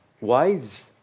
Wives